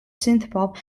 synthpop